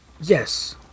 yes